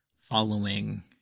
following